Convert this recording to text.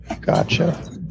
Gotcha